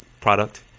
product